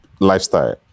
Lifestyle